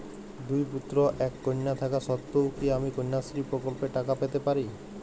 দুই পুত্র এক কন্যা থাকা সত্ত্বেও কি আমি কন্যাশ্রী প্রকল্পে টাকা পেতে পারি?